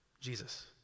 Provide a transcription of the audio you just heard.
Jesus